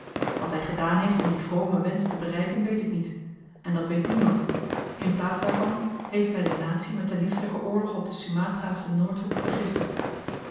wat hy gedaan heeft om dien vromen wensch te bereiken weet ik niet en dat weet niemand in plaats daarvan heeft hy de natie met den liefelyken oorlog op den sumatraschen noordhoek begiftigd